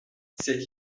cette